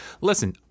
listen